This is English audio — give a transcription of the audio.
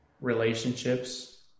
relationships